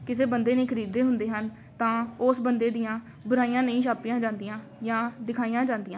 ਕਿਸੇ ਬੰਦੇ ਨੇ ਖਰੀਦੇ ਹੁੰਦੇ ਹਨ ਤਾਂ ਉਸ ਬੰਦੇ ਦੀਆਂ ਬੁਰਾਈਆਂ ਨਹੀਂ ਛਾਪੀਆਂ ਜਾਂਦੀਆਂ ਜਾਂ ਦਿਖਾਈਆਂ ਜਾਂਦੀਆਂ